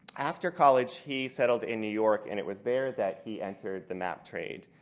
after college he settled in new york. and it was there that he entered the map trade.